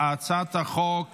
חוק